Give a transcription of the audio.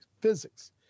physics